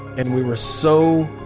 and we were so